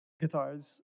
guitars